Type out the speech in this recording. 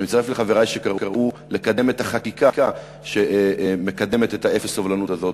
ואני מצטרף לחברי שקראו לקדם את החקיקה שמקדמת את אפס הסובלנות הזאת,